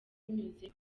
binyuze